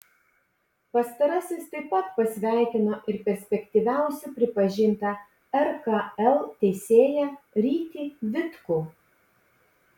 pastarasis taip pat pasveikino ir perspektyviausiu pripažintą rkl teisėją rytį vitkų